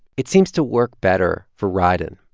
it seems to work better for rieden,